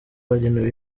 bagenewe